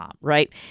right